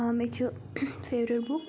آ مےٚ چھُ فیورِٹ بُک